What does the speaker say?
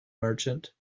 merchant